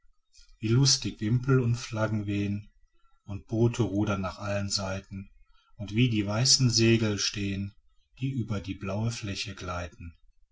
wie lustig wimpel und flaggen wehn und boote rudern nach allen seiten und wie die weißen segel stehn die über die blaue fläche gleiten